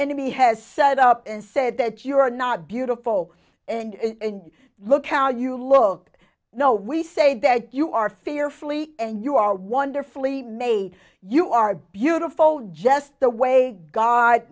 enemy has set up and said that you are not beautiful and look how you look no we say that you are fearfully and you are wonderfully made you are beautiful just the way god